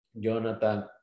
Jonathan